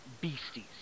beasties